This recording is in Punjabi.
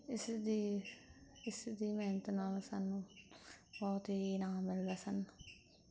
ਇਸ ਦੀ ਇਸ ਦੀ ਮਿਹਨਤ ਨਾਲ ਸਾਨੂੰ ਬਹੁਤ ਹੀ ਇਨਾਮ ਮਿਲਦੇ ਸਨ